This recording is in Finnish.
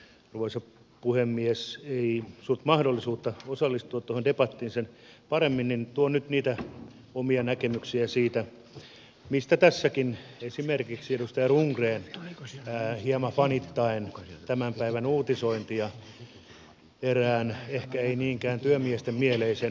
kun arvoisa puhemies ei suonut mahdollisuutta osallistua tuohon debattiin sen paremmin tuon nyt omia näkemyksiäni siitä mistä tässäkin esimerkiksi edustaja rundgren hieman fanittaen tämän päivän uutisointia erään ehkä ei niinkään työmiesten mieleisen vaikuttajan puheenvuoroista